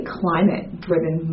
climate-driven